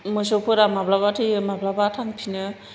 मोसौफोरा माब्लाबा थैयो माब्लाबा थांफिनो